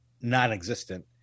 non-existent